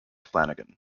flanagan